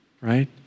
right